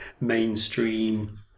mainstream